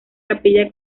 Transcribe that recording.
capilla